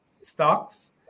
stocks